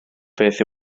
beth